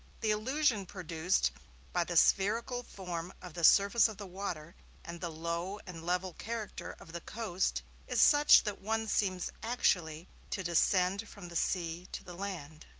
the illusion produced by the spherical form of the surface of the water and the low and level character of the coast is such that one seems actually to descend from the sea to the land.